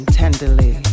tenderly